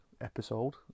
episode